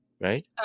Right